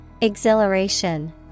Exhilaration